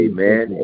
Amen